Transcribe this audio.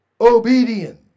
obedience